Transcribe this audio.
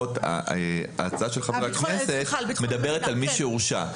ההצעה של חבר הכנסת מדברת על מי שהורשע.